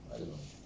I don't know